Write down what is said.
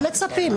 לא מצפים.